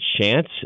chance